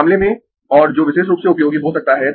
मामले में और जो विशेष रूप से उपयोगी हो सकता है